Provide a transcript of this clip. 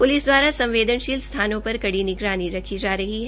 police दवारा संवेदनशील स्थानों पर कड़ी निगरानी रखी जा रही है